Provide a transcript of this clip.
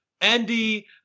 Andy